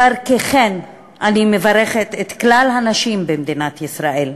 דרככן אני מברכת את כלל הנשים במדינת ישראל,